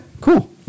cool